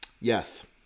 Yes